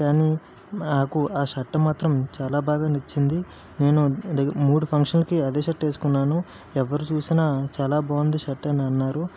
కానీ నాకు ఆ షర్ట్ మాత్రం చాలా బాగా నచ్చింది నేను దగ్గ మూడు ఫంక్షన్లకి అదే షర్ట్ వేసుకున్నాను ఎవరు చూసినా చాలా బాగుంది షర్ట్ అని అన్నారు